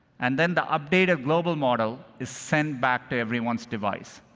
and then the updated global model is sent back to everyone's device.